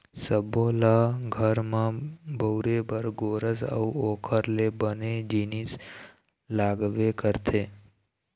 सब्बो ल घर म बउरे बर गोरस अउ ओखर ले बने जिनिस लागबे करथे